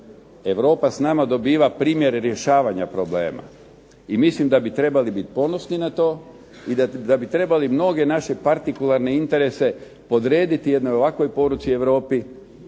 Europa s nama dobiva primjere rješavanja problema. I mislim da bi trebali biti ponosni na to i da bi trebali mnoge naše partikularne interese podrediti jednoj ovakvoj poruci Europi,